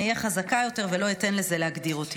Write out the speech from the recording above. אהיה חזקה יותר ולא אתן לזה להגדיר אותי".